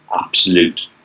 absolute